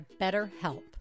BetterHelp